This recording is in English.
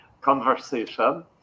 conversation